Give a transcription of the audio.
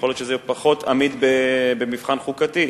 יכול להיות שזה פחות עמיד במבחן חוקתי.